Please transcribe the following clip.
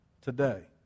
today